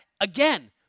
again